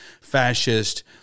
fascist